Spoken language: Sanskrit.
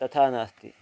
तथा नास्ति